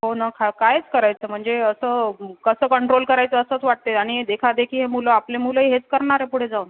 हो ना खा काय करायचं म्हणजे असं कसं कंट्रोल करायचं असंच वाटत आहे आणि देखादेखी हे मुलं आपले मुलं हेच करणार आहे पुढे जाऊन